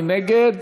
מי נגד?